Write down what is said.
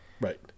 Right